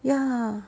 ya